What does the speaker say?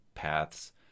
paths